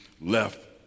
left